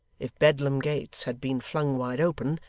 if bedlam gates had been flung wide open,